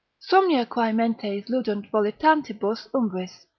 somnia quae mentes ludunt volitantibus umbris,